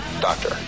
doctor